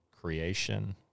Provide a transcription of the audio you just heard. creation